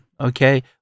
okay